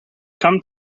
come